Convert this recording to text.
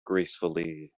gracefully